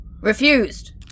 Refused